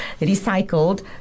recycled